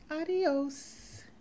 Adios